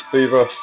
Fever